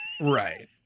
Right